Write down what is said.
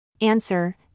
Answer